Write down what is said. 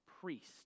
priest